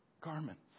garments